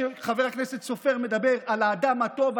כשחבר הכנסת סופר מדבר על האדם הטוב,